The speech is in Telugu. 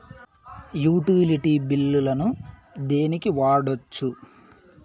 యుటిలిటీ బిల్లులను దేనికి వాడొచ్చు?